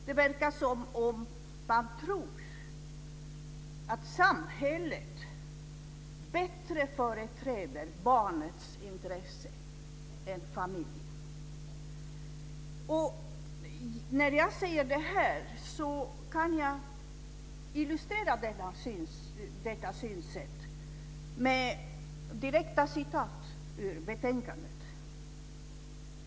Det verkar som om man tror att samhället bättre företräder barnets intresse än familjen. Jag kan illustrera detta synsätt med direkta citat ur betänkandet.